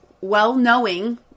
well-knowing